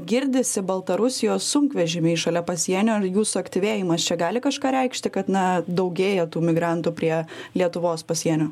girdisi baltarusijos sunkvežimiai šalia pasienio ar jų suaktyvėjimas čia gali kažką reikšti kad na daugėja tų migrantų prie lietuvos pasienio